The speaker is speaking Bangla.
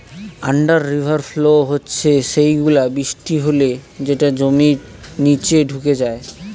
আন্ডার রিভার ফ্লো হচ্ছে সেই গুলো, বৃষ্টি হলে যেটা জমির নিচে ঢুকে যায়